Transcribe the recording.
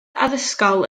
addysgol